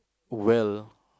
well